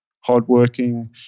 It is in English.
hardworking